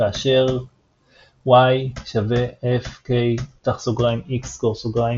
כאשר y = F k ( x ) \displaystyle